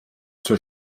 zur